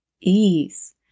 ease